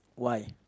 why